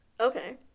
Okay